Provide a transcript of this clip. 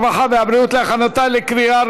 הרווחה והבריאות נתקבלה.